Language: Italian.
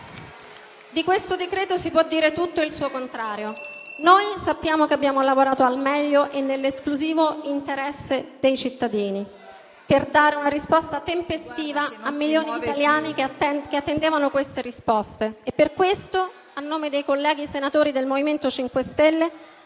di questo decreto-legge si può dire tutto e il suo contrario. Noi sappiamo che abbiamo lavorato al meglio e nell'esclusivo interesse dei cittadini per dare una risposta tempestiva agli italiani che attendevano queste risposte. Per questo, a nome dei colleghi senatori del MoVimento 5 Stelle,